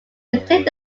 maintained